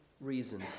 reasons